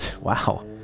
Wow